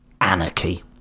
Anarchy